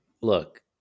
look